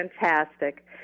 Fantastic